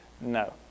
No